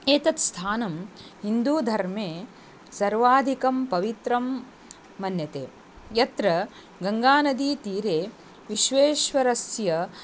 एतत् स्थानं हिन्दुधर्मे सर्वाधिकं पवित्रं मन्यते यत्र गङ्गानदीतीरे विश्वेश्वरस्य